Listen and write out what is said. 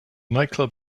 nightclub